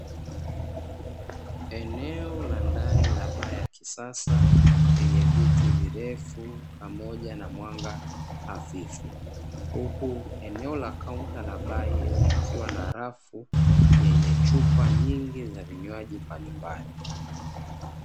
Eneo la ndani la baa ya kisasa lenye viti virefu pamoja na mwanga hafifu. Huku eneo la kaunta la baa hiyo likiwa na rafu yenye chupa nyingi za vinywaji mbalimbali.